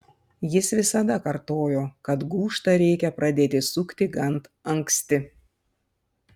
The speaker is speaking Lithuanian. jis visada kartojo kad gūžtą reikia pradėti sukti gan anksti